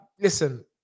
listen